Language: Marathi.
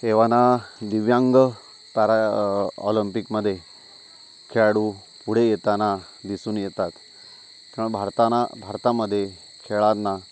एव्हाना दिव्यांग तारा ऑलम्पिकमध्ये खेळाडू पुढे येताना दिसून येतात भारताना भारतामध्ये खेळांना